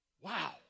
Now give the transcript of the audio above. Wow